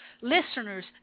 listeners